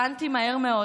הבנתי מהר מאוד